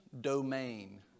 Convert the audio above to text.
domain